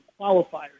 qualifiers